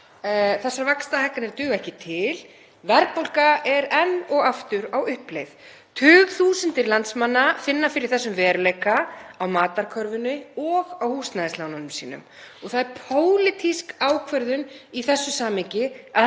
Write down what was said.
Þessar vaxtahækkanir duga ekki til. Verðbólga er enn og aftur á uppleið. Tugþúsundir landsmanna finna fyrir þessum veruleika á matarkörfunni og á húsnæðislánunum sínum og það er pólitísk ákvörðun í þessu samhengi